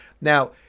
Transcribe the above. Now